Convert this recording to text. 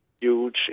huge